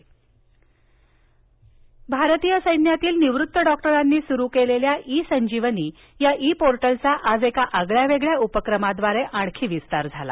E Sanjeevani भारतीय सैन्यातील निवृत्त डॉक्टरांनी सुरु केलेल्या ई संजीवनी या ई पोर्टलचा आज एका आगळ्यावेगळ्या उपक्रमाद्वारे आणखी विस्तार झाला